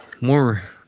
More